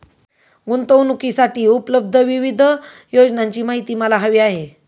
गुंतवणूकीसाठी उपलब्ध विविध योजनांची माहिती मला हवी आहे